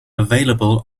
available